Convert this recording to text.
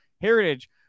heritage